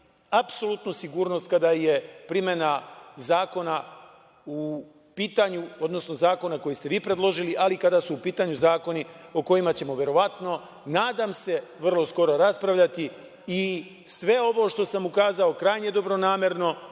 apsolutnu sigurnost kada je primena zakona u pitanju, odnosno zakona koji ste vi predložili, ali i kada su u pitanju zakoni o kojima ćemo verovatno, nadam se vrlo skoro raspravljati. Sve ovo što sam ukazao je krajnje dobronamerno,